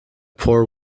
poor